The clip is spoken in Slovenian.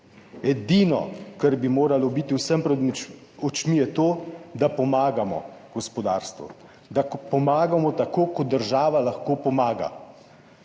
Edino, kar bi moralo biti vsem pred očmi, je to, da pomagamo gospodarstvu, da pomagamo tako, kot država lahko pomaga